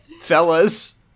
Fellas